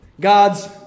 God's